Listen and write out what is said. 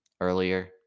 earlier